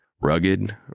Rugged